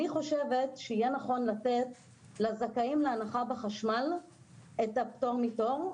אני חושבת שיהיה נכון לתת לזכאים להנחה בחשמל את הפטור מתור,